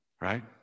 right